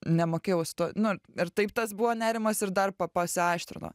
nemokėjau su tuo nu ir taip tas buvo nerimas ir dar pa pasiaštrino